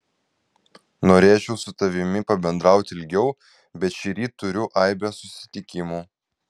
norėčiau su tavimi pabendrauti ilgiau bet šįryt turiu aibę susitikimų